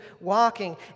walking